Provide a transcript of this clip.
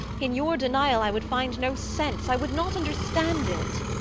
in your denial i would find no sense i would not understand it.